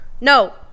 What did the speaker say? No